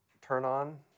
turn-on